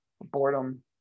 Boredom